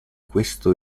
questo